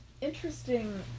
interesting